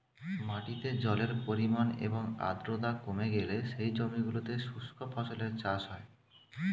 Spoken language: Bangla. মাটিতে জলের পরিমাণ এবং আর্দ্রতা কমে গেলে সেই জমিগুলোতে শুষ্ক ফসলের চাষ হয়